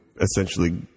essentially